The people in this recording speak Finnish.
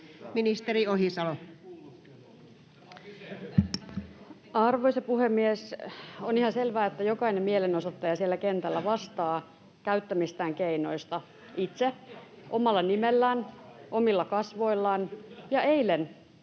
Content: Arvoisa puhemies! On ihan selvää, että jokainen mielenosoittaja siellä kentällä vastaa käyttämistään keinoista itse, omalla nimellään, omilla kasvoillaan. Ja eilen